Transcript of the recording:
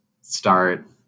start